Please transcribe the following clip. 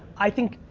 i think.